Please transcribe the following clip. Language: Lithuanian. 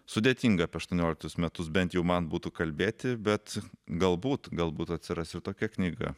sudėtinga apie aštuonioliktus metus bent jau man būtų kalbėti bet galbūt galbūt atsiras ir tokia knyga